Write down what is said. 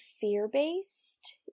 fear-based